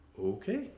Okay